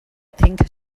think